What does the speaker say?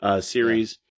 series